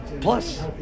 plus